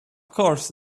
course